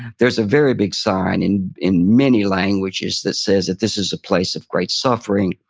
there's a very big sign in in many languages that says that this is a place of great suffering,